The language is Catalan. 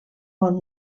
bon